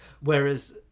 Whereas